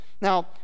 Now